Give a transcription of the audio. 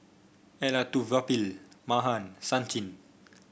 Elattuvalapil Mahan Sachin